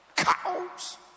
cows